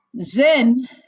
Zen